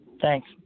Thanks